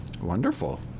Wonderful